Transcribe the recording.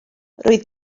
roedd